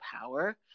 power